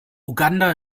uganda